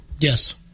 Yes